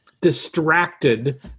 distracted